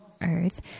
earth